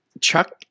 Chuck